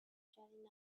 jetting